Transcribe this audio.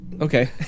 okay